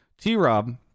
T-Rob